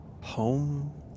home